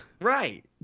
Right